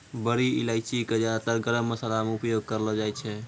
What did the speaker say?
बड़ी इलायची कॅ ज्यादातर गरम मशाला मॅ उपयोग करलो जाय छै